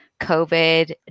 COVID